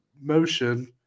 motion